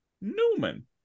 Newman